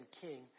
king